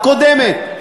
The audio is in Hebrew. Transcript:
הקודמת.